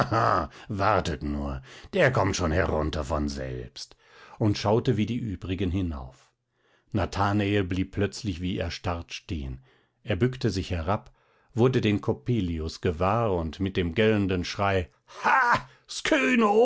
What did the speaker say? wartet nur der kommt schon herunter von selbst und schaute wie die übrigen hinauf nathanael blieb plötzlich wie erstarrt stehen er bückte sich herab wurde den coppelius gewahr und mit dem gellenden schrei